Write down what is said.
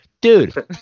dude